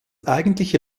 eigentliche